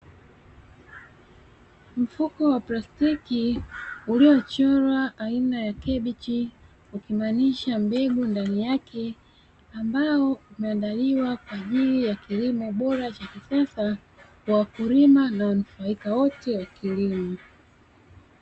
Mfuko wa plastiki uliochorwa aina ya kabichi ukimaanisha mbegu ndani yake, ambao umeandaliwa kwa ajili ya kilimo bora cha kisasa kwa wakulima na wanufaika wote wa kilimo.